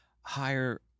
higher